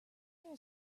there